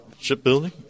Shipbuilding